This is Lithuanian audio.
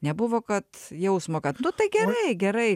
nebuvo kad jausmo kad nu tai gerai gerai